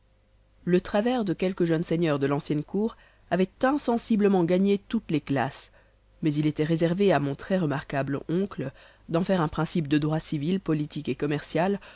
le travers de quelques jeunes seigneurs de l'ancienne cour avait insensiblement gagné toutes les classes mais il était réservé à mon très-remarquable oncle d'en faire un principe de droit civil politique et commercial